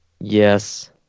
yes